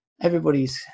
everybody's